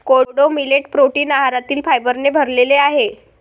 कोडो millet protein आहारातील फायबरने भरलेले आहे